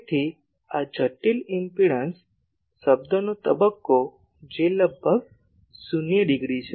તેથી આ જટિલ ઇમ્પેડંસ શબ્દનો તબક્કો જે લગભગ શૂન્ય ડિગ્રી છે